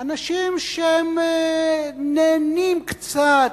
אנשים שנהנים קצת,